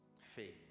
Faith